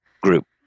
group